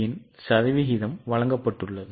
Variability சதவீதம் வழங்கப்பட்டுள்ளது